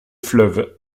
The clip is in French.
fleuve